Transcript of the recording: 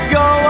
go